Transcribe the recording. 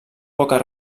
poques